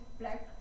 black